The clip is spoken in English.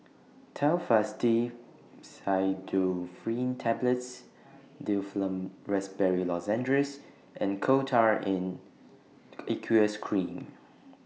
Telfast D Pseudoephrine Tablets Difflam Raspberry Lozenges and Coal Tar in Aqueous Cream